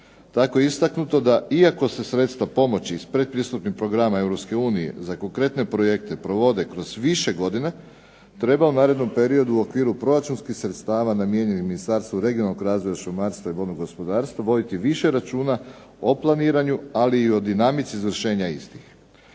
Tako istaknuto da iako se sredstva pomoći iz pretpristupnih programa Europske unije za konkretne projekte provode kroz više godina treba u narednom periodu u okviru proračunskih sredstava namijenjenih Ministarstvu regionalnog razvoja, šumarstva i vodnog gospodarstva voditi više računa o planiranju ali i o dinamici izvršenja istih.